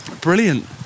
Brilliant